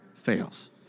fails